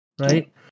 right